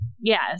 Yes